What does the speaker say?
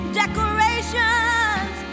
decorations